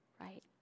right